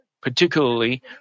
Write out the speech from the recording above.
Particularly